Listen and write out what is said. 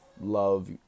love